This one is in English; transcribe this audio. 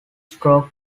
stroke